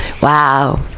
Wow